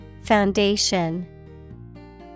Foundation